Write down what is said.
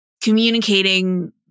communicating